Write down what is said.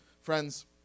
Friends